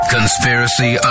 Conspiracy